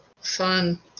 Fun